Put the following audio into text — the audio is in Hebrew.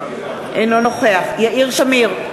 אינו נוכח יאיר שמיר,